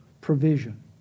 provision